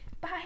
Bye